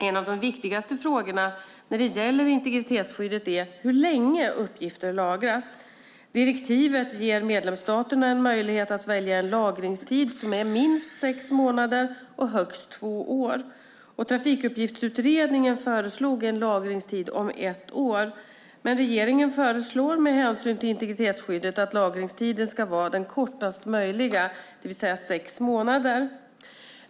En av de viktigaste frågorna när det gäller integritetsskyddet är hur länge uppgifter lagras. Direktivet ger medlemsstaterna en möjlighet att välja en lagringstid som är minst sex månader och högst två år. Trafikuppgiftsutredningen föreslog en lagringstid om ett år. Men regeringen föreslår, med hänsyn till integritetsskyddet, att lagringstiden ska vara den kortast möjliga, det vill säga sex månader.